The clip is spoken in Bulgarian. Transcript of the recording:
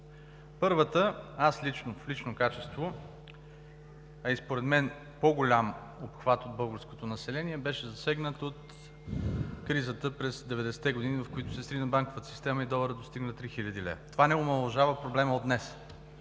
Първата, аз лично, в лично качество, а според мен по-голям обхват от българското население беше засегнат от кризата през 90-те години, в която се срина банковата система и доларът достигна до 3000 лв. Това обаче не омаловажава проблема от днес,